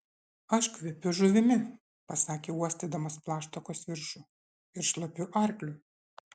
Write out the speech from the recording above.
aš kvepiu žuvimi pasakė uostydamas plaštakos viršų ir šlapiu arkliu